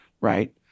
right